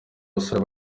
basore